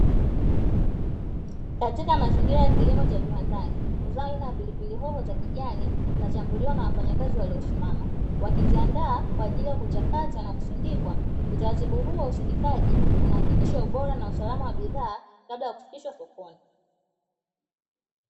Katika mazingira ya kilimo cha viwandani, zao aina ya pilipili hoho za kijani linachambuliwa na wafanyakazi waliosimama, wakiziandaa kwaajili ya kuchakatwa na kusindikwa. Utaratibu huu wa usindikaji unahakikisha ubora na usalama wa bidhaa kabla ya kufikishwa sokoni.